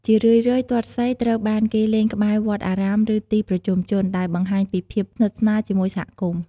ជារឿយៗ ទាត់សីត្រូវបានគេលេងក្បែរវត្តអារាម ឬទីប្រជុំជន ដែលបង្ហាញពីភាពស្និទ្ធស្នាលជាមួយសហគមន៍។